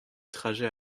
trajet